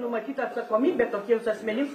numatyta atsakomybė tokiems asmenims